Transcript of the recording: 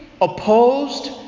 opposed